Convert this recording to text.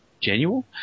genuine